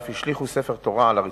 ואף השליכו ספר תורה על הרצפה.